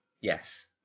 Yes